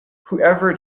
whoever